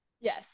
Yes